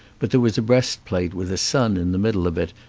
but there was a breastplate, with a sun in the middle of it,